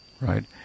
right